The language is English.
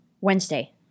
Wednesday